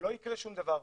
לא יקרה שום דבר.